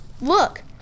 Look